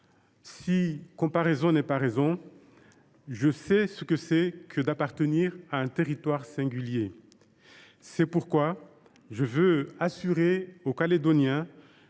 Comparaison n’est pas raison, mais je sais ce que c’est que d’appartenir à un territoire singulier. C’est pourquoi je veux assurer les Calédoniens